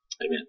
Amen